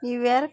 New York